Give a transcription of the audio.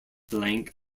blank